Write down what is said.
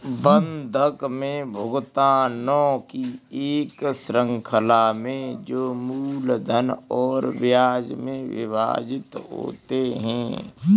बंधक में भुगतानों की एक श्रृंखला में जो मूलधन और ब्याज में विभाजित होते है